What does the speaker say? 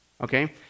okay